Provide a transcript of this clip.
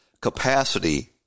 capacity